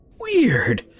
weird